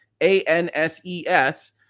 ANSES